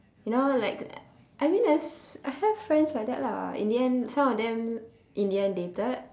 you know like I mean there's I have friends like that lah in the end some of them in the end dated